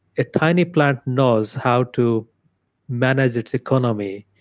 a tiny plant knows how to manage its economy,